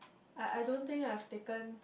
I I don't think I've taken